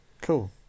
Cool